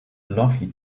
lovely